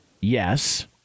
yes